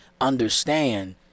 understand